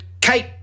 Kate